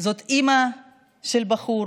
אימא של בחור